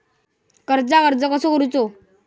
कर्जाक अर्ज कसो करूचो?